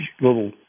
little